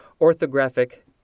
orthographic